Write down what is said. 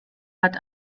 hat